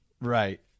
Right